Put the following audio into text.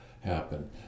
happen